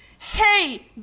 Hey